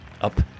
up